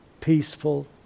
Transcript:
peaceful